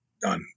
Done